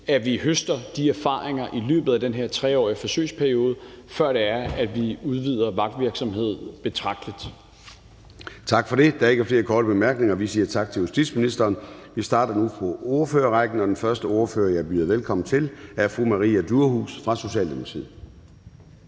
at vi høster de erfaringer i løbet af den her 3-årige forsøgsperiode, før vi udvider vagtvirksomheden betragteligt. Kl. 12:53 Formanden (Søren Gade): Tak for det. Der er ikke flere korte bemærkninger, og vi siger tak til justitsministeren. Vi starter nu på ordførerrækken, og den første ordfører, jeg byder velkommen til, er fru Maria Durhuus fra Socialdemokratiet.